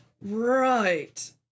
Right